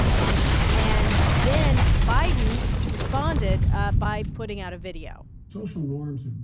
um and then biden responded ah by putting out a video social norms